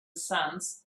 sands